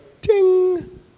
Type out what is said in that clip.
Ding